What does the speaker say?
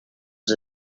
els